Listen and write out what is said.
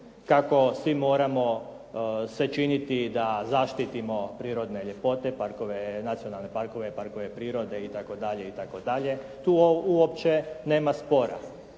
kako svi moramo sve činiti da zaštitimo prirodne ljepote, nacionalne parkove, parkove prirode itd. Tu uopće nema spora.